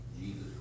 Jesus